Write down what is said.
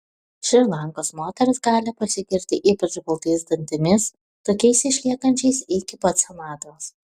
šri lankos moterys gali pasigirti ypač baltais dantimis tokiais išliekančiais iki pat senatvės